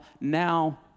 now